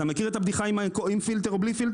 אתה מכיר את הבדיחה עם פילטר, או בלי פילטר?